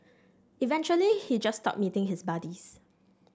eventually he just stopped meeting his buddies